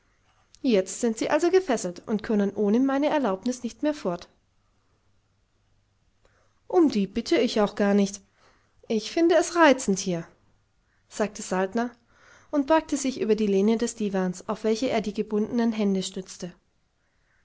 jetzt sind sie also gefesselt und können ohne meine erlaubnis nicht mehr fort um die bitte ich auch gar nicht ich finde es reizend hier sagte saltner und beugte sich über die lehne des diwans auf welche er die gebundenen hände stützte